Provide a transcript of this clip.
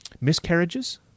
miscarriages